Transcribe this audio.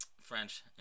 French